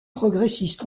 progressiste